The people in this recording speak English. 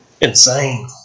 insane